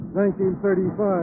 1935